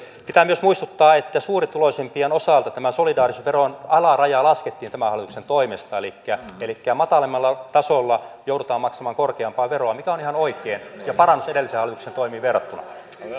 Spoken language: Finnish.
pitää myös muistuttaa että suurituloisimpien osalta solidaarisuusveron alaraja laskettiin tämän hallituksen toimesta elikkä elikkä matalammalla tasolla joudutaan maksamaan korkeampaa veroa mikä on ihan oikein ja parannus edellisen hallituksen toimiin verrattuna